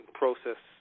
process